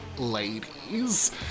ladies